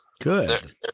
good